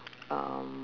um